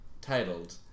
titled